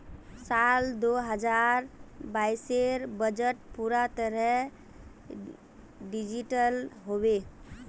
साल दो हजार बाइसेर बजट पूरा तरह डिजिटल हबे